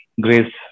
grace